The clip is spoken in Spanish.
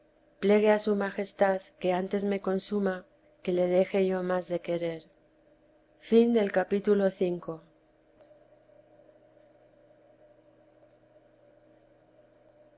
plegué a su majestad que antes me consuma que le deje yo más de querer capitulo